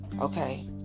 okay